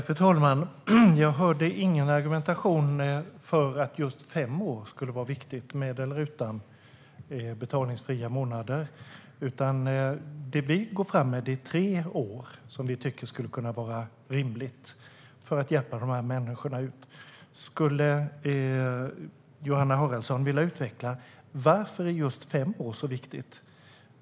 Fru talman! Jag hörde ingen argumentation för att det skulle vara viktigt med just fem år, med eller utan betalningsfria månader. Det vi går fram med är tre år, vilket vi tycker skulle kunna vara rimligt för att hjälpa de här människorna ut. Skulle Johanna Haraldsson vilja utveckla varför just fem år är så viktigt?